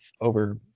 over